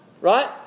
Right